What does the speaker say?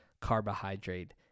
carbohydrate